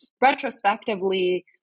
retrospectively